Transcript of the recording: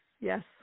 Yes